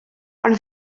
ond